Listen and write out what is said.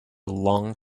long